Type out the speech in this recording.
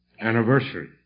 anniversary